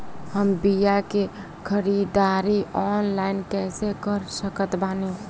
हम बीया के ख़रीदारी ऑनलाइन कैसे कर सकत बानी?